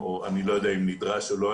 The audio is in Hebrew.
אני לא יודע אם נדרש או לא,